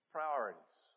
Priorities